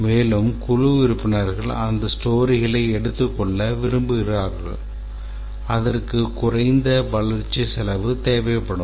மேலும் குழு உறுப்பினர்கள் அந்தக் storyகளை எடுத்துக்கொள்ள விரும்புவார்கள் அதற்கு குறைந்த வளர்ச்சி செலவு தேவைப்படும்